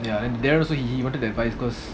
ya and darren also he he wanted the advice cause